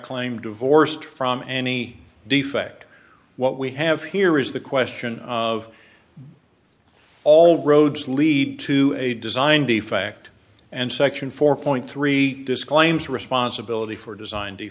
claim divorced from any defect what we have here is the question of all roads lead to a design defect and section four point three disclaims responsibility for design